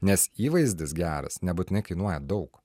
nes įvaizdis geras nebūtinai kainuoja daug